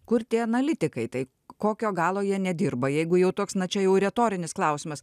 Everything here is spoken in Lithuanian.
kur tie analitikai tai kokio galo jie nedirba jeigu jau toks na čia jau retorinis klausimas